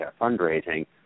fundraising